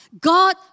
God